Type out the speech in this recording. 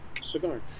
Cigar